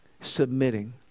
submitting